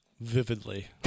Vividly